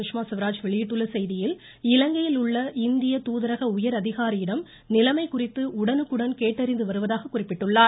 சுஷ்மா ஸ்வராஜ் வெளியிட்டுள்ள செய்தியில் இலங்கையில் உள்ள இந்திய தூதரக உயரதிகாரியிடம் நிலைமை குறித்து உடனுக்குடன் கேட்டறிந்து வருவதாக குறிப்பிட்டுள்ளார்